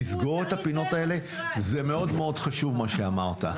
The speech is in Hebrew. תסגור את הפינות האלה, זה מאוד חשוב מה שאמרת.